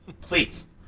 please